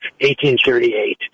1838